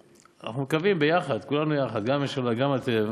אנחנו מקווים ביחד, כולנו יחד, גם הממשלה, גם אתם,